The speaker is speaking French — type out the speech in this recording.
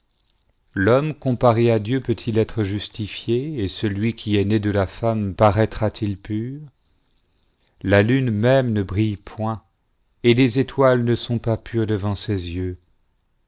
l'bomme comparé à dieu peut-il être justifié et celui qui est né de la femme paraitra-t-il pur la lune même ne brille point et les étoiles ne sont pas pures devant ses yeux